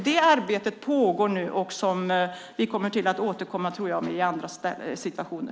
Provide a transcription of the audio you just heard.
Det arbetet pågår nu, och vi kommer att återkomma till det i andra situationer.